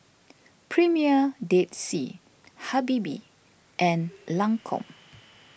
Premier Dead Sea Habibie and Lancome